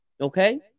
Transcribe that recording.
Okay